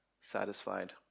satisfied